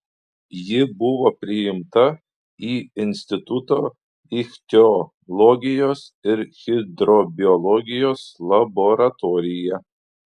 ji buvo priimta į instituto ichtiologijos ir hidrobiologijos laboratoriją